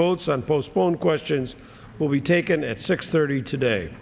votes and postpone questions will be taken at six thirty today